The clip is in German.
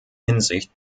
hinsicht